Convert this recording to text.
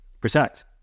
Protect